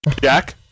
Jack